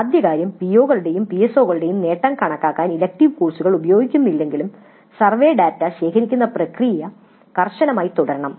ആദ്യത്തെ കാര്യം പിഒകളുടെയും പിഎസ്ഒകളുടെയും നേട്ടം കണക്കാക്കാൻ ഇലക്ടീവ് കോഴ്സുകൾ ഉപയോഗിക്കുന്നില്ലെങ്കിലും സർവേ ഡാറ്റ ശേഖരിക്കുന്ന പ്രക്രിയ കർശനമായി തുടരണം